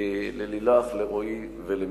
ללילך, לרועי ולמיכל.